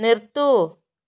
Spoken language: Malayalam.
നിർത്തൂ